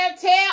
tell